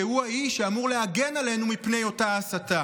שהוא האיש שאמור להגן עלינו מפני אותה הסתה.